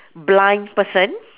blind person